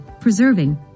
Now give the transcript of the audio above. preserving